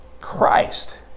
Christ